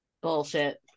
Bullshit